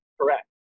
correct